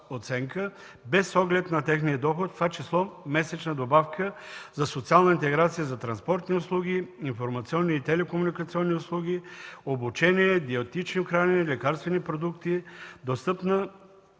оценка без оглед на техния доход, в това число месечна добавка за социална интеграция за транспортни услуги, информационни и телекомуникационни услуги, обучение, диетично хранене, лекарствени продукти, достъпна